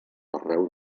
arreu